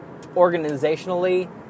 organizationally